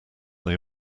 they